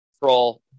control